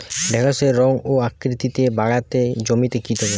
ঢেঁড়সের রং ও আকৃতিতে বাড়াতে জমিতে কি দেবো?